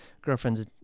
girlfriend's